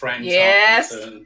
Yes